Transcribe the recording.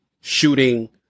shooting